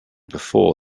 before